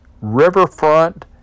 Riverfront